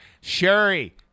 Sherry